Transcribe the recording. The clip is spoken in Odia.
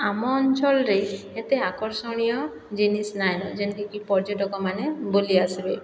ଆମର୍ ଅଞ୍ଚଳରେ ଏତେ ଆକର୍ଷଣୀୟ ଜିନିଷ୍ ନାଇଁନ ଯେନ୍ଟାକି ପର୍ଯ୍ୟଟକମାନେ ବୁଲି ଆସବେ